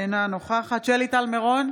אינה נוכחת שלי טל מירון,